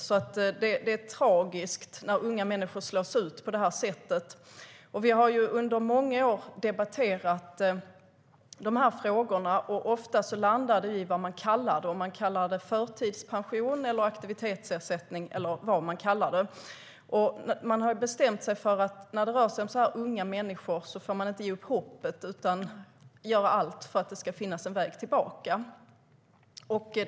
Det är tragiskt när unga människor slås ut på det sättet. Vi har under många år debatterat de här frågorna. Ofta landar det i vad man kallar det, om man kallar det förtidspension, aktivitetsersättning eller något annat. Man har bestämt sig för att när det rör sig om så unga människor får man inte ge upp hoppet utan att man måste göra allt för att det ska finnas en väg tillbaka.